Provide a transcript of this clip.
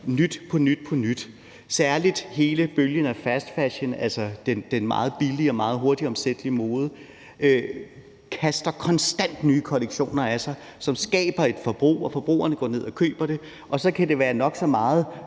nyt på nyt på nyt. Særligt hele bølgen af fast fashion, altså den meget billige og meget hurtigt omsættelige mode, kaster konstant nye kollektioner af sig, som skaber et forbrug, og forbrugerne går ned og køber det. Og så kan det være nok så meget